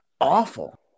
awful